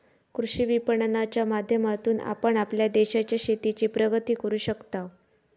कृषी विपणनाच्या माध्यमातून आपण आपल्या देशाच्या शेतीची प्रगती करू शकताव